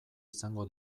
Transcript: izango